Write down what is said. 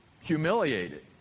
humiliated